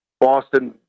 Boston